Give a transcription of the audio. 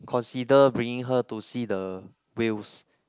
consider bringing her to see the whales